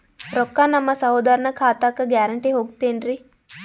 ರೊಕ್ಕ ನಮ್ಮಸಹೋದರನ ಖಾತಕ್ಕ ಗ್ಯಾರಂಟಿ ಹೊಗುತೇನ್ರಿ?